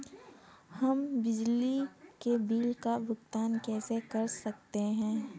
हम बिजली के बिल का भुगतान कैसे कर सकते हैं?